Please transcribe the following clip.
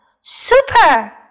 Super